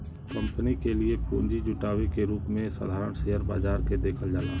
company के लिए पूंजी जुटावे के रूप में साधारण शेयर बाजार के देखल जाला